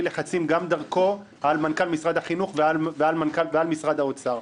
לחצים גם דרכו על מנכ"ל משרד החינוך ועל משרד האוצר.